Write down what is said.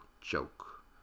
joke